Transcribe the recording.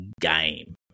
game